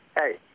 hey